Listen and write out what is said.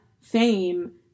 fame